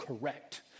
correct